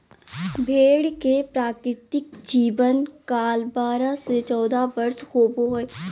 भेड़ के प्राकृतिक जीवन काल बारह से चौदह वर्ष होबो हइ